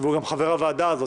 חברי הכנסת,